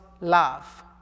love